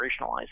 operationalize